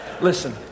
listen